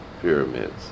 pyramids